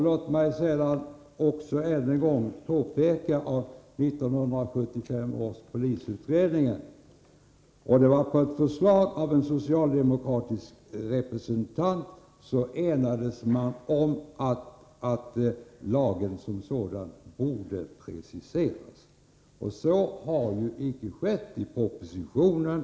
Låt mig än en gång påpeka att 1975 års polisutredning på förslag av en socialdemokratisk representant enades om att lagen som sådan borde preciseras. Men det har inte föreslagits i propositionen.